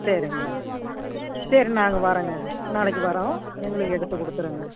சரிங்க சரி நாங்கள் வரோங்க நாளைக்கு வரோம் எங்களுக்கு எடுத்து கொடுத்துருங்க